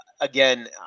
again